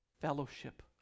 fellowship